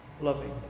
loving